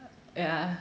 yeah